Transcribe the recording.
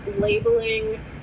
labeling